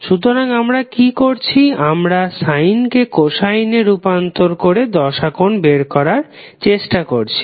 সুতরাং আমরা কি করছি আমরা সাইনকে কোসাইনে রুপান্তর করে দশাকোণ বের করার চেষ্টা করছি